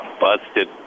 busted